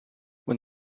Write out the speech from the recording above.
when